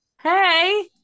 Hey